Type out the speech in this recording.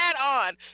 add-on